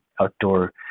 outdoor